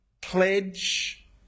pledge